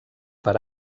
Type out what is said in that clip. per